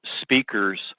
speakers